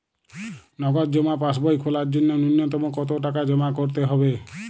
নগদ জমা পাসবই খোলার জন্য নূন্যতম কতো টাকা জমা করতে হবে?